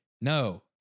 no